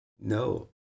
No